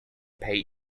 pay